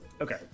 Okay